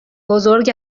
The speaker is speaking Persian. بزرگ